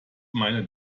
meine